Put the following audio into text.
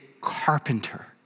carpenter